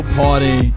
party